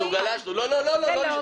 אצלך.